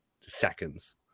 seconds